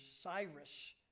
Cyrus